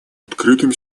открытым